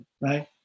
right